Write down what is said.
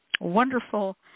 wonderful